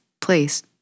place